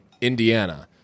Indiana